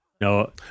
No